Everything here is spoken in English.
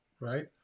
right